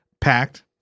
packed